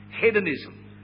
Hedonism